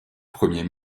premier